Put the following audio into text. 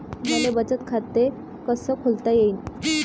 मले बचत खाते कसं खोलता येईन?